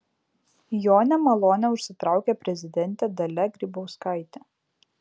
jo nemalonę užsitraukė prezidentė dalia grybauskaitė